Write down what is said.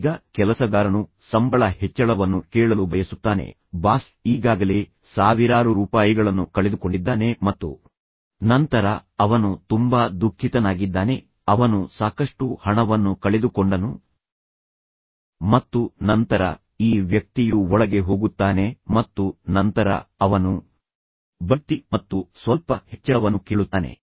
ಈಗ ಕೆಲಸಗಾರನು ಸಂಬಳ ಹೆಚ್ಚಳವನ್ನು ಕೇಳಲು ಬಯಸುತ್ತಾನೆ ಬಾಸ್ ಈಗಾಗಲೇ ಸಾವಿರಾರು ರೂಪಾಯಿಗಳನ್ನು ಕಳೆದುಕೊಂಡಿದ್ದಾನೆ ಮತ್ತು ನಂತರ ಅವನು ತುಂಬಾ ದುಃಖಿತನಾಗಿದ್ದಾನೆ ಅವನು ಸಾಕಷ್ಟು ಹಣವನ್ನು ಕಳೆದುಕೊಂಡನು ಮತ್ತು ನಂತರ ಈ ವ್ಯಕ್ತಿಯು ಒಳಗೆ ಹೋಗುತ್ತಾನೆ ಮತ್ತು ನಂತರ ಅವನು ಬಡ್ತಿ ಮತ್ತು ಸ್ವಲ್ಪ ಹೆಚ್ಚಳವನ್ನು ಕೇಳುತ್ತಾನೆ